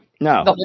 No